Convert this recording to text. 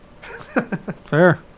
Fair